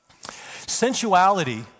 Sensuality